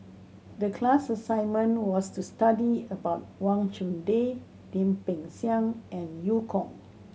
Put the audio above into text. the class assignment was to study about Wang Chunde Lim Peng Siang and Eu Kong